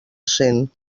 cent